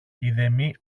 ειδεμή